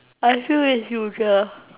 usual